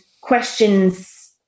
questions